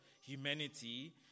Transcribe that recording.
humanity